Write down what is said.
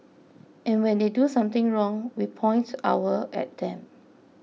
and when they do something wrong we point our at them